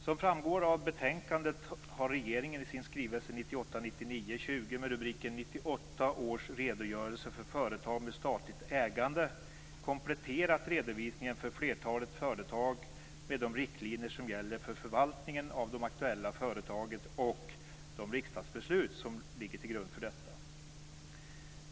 Som framgår av betänkandet har regeringen i sin skrivelse 1998/99:20, med rubriken 98 års redogörelse för företag med statligt ägande, kompletterat redovisningen för flertalet företag med de riktlinjer som gäller för förvaltningen av de aktuella företagen och de riksdagsbeslut som ligger till grund för detta.